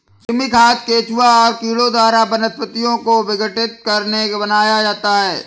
कृमि खाद केंचुआ और कीड़ों द्वारा वनस्पतियों को विघटित करके बनाया जाता है